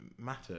matter